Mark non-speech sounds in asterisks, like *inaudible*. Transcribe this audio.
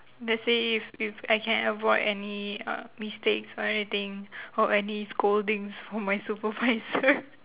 let's say if if I can avoid any uh mistakes or anything or any scoldings from my supervisor *laughs*